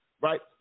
right